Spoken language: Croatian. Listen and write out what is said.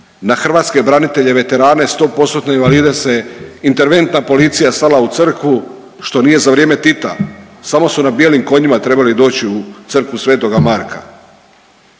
na hrvatske branitelje veterane 100%-tne invalide se Interventna policija slala u crkvu što nije za vrijeme Tita. Samo su na bijelim konjima trebali doći u Crkvu Svetoga Marka.